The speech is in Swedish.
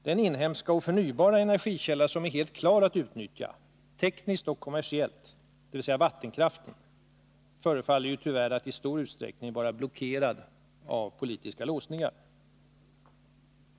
Den inhemska och förnybara energikälla som är helt klar att utnyttja tekniskt och kommersiellt, dvs. vattenkraften, förefaller tyvärr att i stor utsträckning vara blockerad av politiska låsningar.